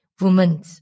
women